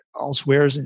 elsewhere